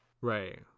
right